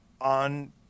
on